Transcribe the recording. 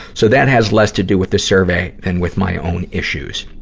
so that has less to do with the survey than with my own issues.